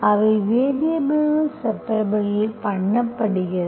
அவை வேரியபல்கள் செபரபுல் பண்ணப்படுகிறது